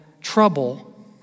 trouble